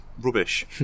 rubbish